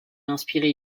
inspiré